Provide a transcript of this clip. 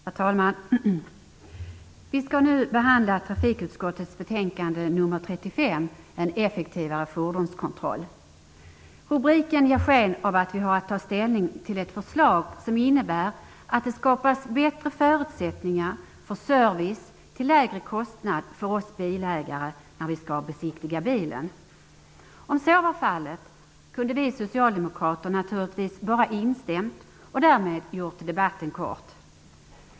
Herr talman! Vi skall nu behandla trafikutskottets betänkande nr 35 om en effektivare fordonskontroll. Rubriken ger sken av att vi har att ta ställning till ett förslag som innebär att det skapas bättre förutsättningar för service till lägre kostnad för oss bilägare när vi skall besiktiga bilen. Om så var fallet kunde vi socialdemokrater naturligtvis ha instämt och därmed gjort debatten kort.